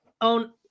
own